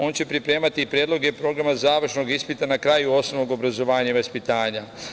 On će pripremati predloge programa završnog ispita na kraju osnovnog obrazovanja i vaspitanja.